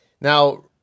Now